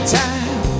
time